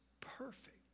perfect